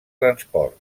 transport